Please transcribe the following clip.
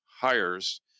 hires